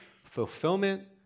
fulfillment